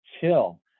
chill